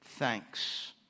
Thanks